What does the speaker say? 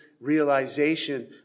realization